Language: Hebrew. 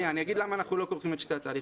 אני אומר למה אנחנו לא כורכים את שני התהליכים.